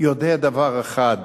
יודע דבר אחד: